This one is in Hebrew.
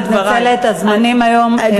אני מתנצלת, הזמנים היום אמורים להיות מדודים.